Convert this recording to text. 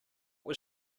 was